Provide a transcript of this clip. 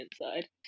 inside